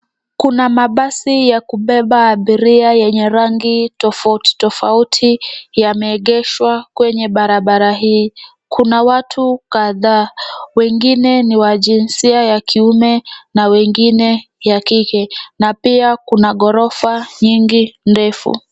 Kuna mabasi ya kubeba abiria yenye rangi tofauti tofauti yameegeshwa kwenye barabara hii. Kuna watu kadhaa , wengine ni wa jinsia ya kiume na wengine ya kike, na pia kuna ghorofa nyingi ndefu.